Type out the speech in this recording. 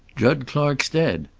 jud clark's dead.